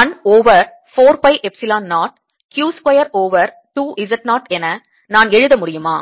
1 over 4 pi epsilon 0 q square over 2 Z 0 என நான் எழுத முடியுமா